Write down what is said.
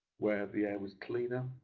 where the air was cleaner,